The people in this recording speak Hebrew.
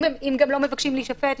אם גם לא מבקשים להישפט,